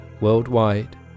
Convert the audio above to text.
worldwide